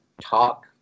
talk